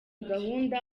gahunda